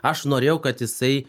aš norėjau kad jisai